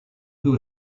who